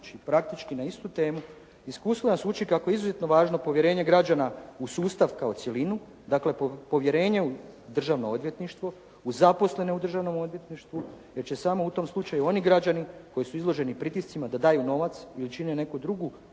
praktički na istu temu, iskustvo nas uči kako je izuzetno važno povjerenje građana u sustav kao cjelinu, dakle povjerenje u Državno odvjetništvo, u zaposlene u Državnom odvjetništvu jer će samo u tom slučaju oni građani koji su izloženi pritiscima da daju novac i učine neku drugu